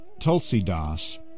Tulsidas